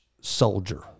soldier